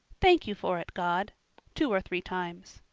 thank you for it, god two or three times.